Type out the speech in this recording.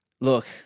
Look